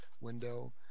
window